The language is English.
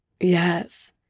Yes